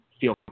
feel